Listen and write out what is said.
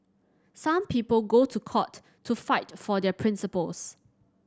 some people go to court to fight for their principles